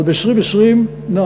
אבל ב-2020 נעמוד,